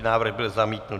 Návrh byl zamítnut.